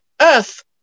Earth